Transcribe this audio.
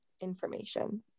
information